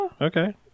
Okay